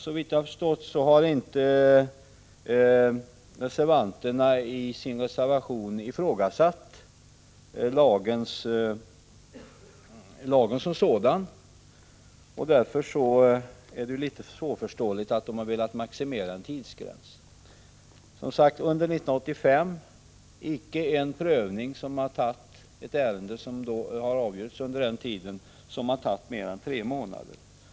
Såvitt jag förstår har reservanterna inte i reservationen ifrågasatt lagen som sådan, och därför är det svårförståeligt att de vill sätta en tidsgräns. Under 1985 gjordes alltså icke en prövning av ett ärende som tog mer än tre månader.